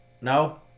No